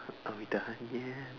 are we done yet